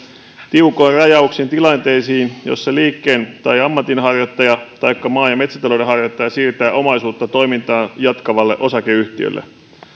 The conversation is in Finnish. tiukoin rajauksin tilanteisiin joissa liikkeen tai ammatinharjoittaja taikka maa ja metsätalouden harjoittaja siirtää omaisuutta toimintaa jatkavalle osakeyhtiölle